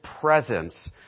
presence